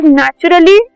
naturally